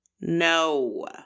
No